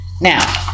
Now